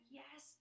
yes